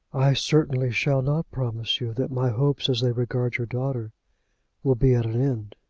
i certainly shall not promise you that my hopes as they regard your daughter will be at an end.